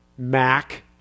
Mac